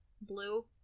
Blue